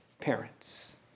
parents